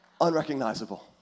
Unrecognizable